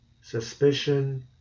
suspicion